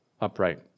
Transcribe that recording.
upright